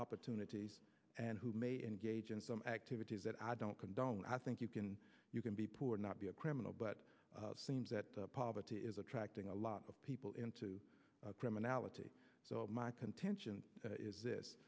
opportunities and who may engage in some activities that i don't condone i think you can you can be poor not be a criminal but seems that poverty is attracting a lot of people to criminality so my contention is this